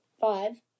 five